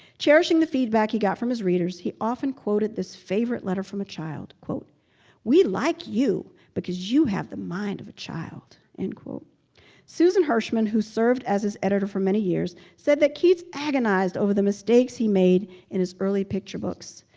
cherishing the feedback he got from his readers, he often quoted this favorite letter from a child we like you because you have the mind of a child. and susan hirschman, who served as his editor for many years, said that keats agonized over the mistakes he made in his early picture books.